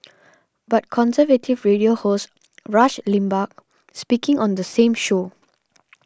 but conservative radio host Rush Limbaugh speaking on the same show